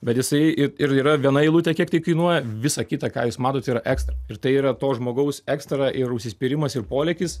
bet jisai ir ir yra viena eilutė kiek tai kainuoja visa kita ką jūs matot yra ekstra ir tai yra to žmogaus ekstra ir užsispyrimas ir polėkis